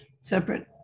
separate